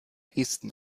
esten